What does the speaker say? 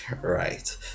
Right